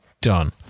done